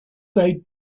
they